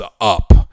up